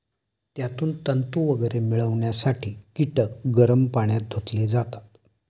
त्यातून तंतू वगैरे मिळवण्यासाठी कीटक गरम पाण्यात धुतले जातात